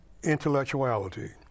intellectuality